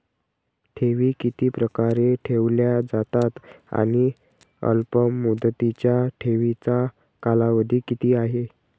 ठेवी किती प्रकारे ठेवल्या जातात आणि अल्पमुदतीच्या ठेवीचा कालावधी किती आहे?